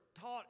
taught